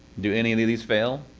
do any any of these fail?